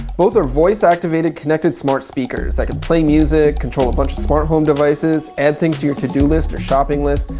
both are voice activated connected smart speakers that can play music, control a bunch of smart home devices, add things to your to do list or shopping list,